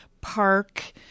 park